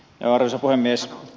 arvoisa puhemies